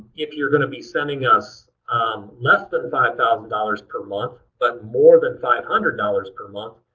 if you're going to be sending us um less than five thousand dollars per month but more than five hundred dollars per month,